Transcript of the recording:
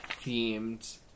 themed